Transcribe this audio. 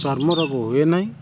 ଚର୍ମ ରୋଗ ହୁଏ ନାହିଁ